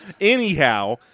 anyhow